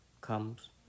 comes